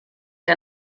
que